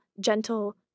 gentle